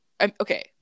okay